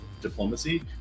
diplomacy